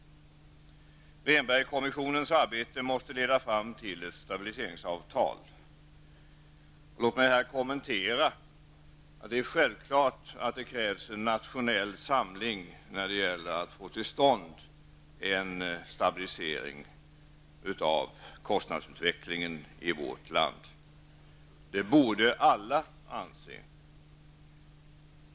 Rehnbergkommissionens arbete måste leda fram till ett stabiliseringsavtal. Det är självklart att det krävs en nationell samling när det gäller att få till stånd en stabilisering av kostnadsutvecklingen i vårt land. Det borde alla inse.